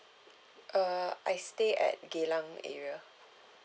err I stay at geylang area